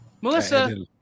Melissa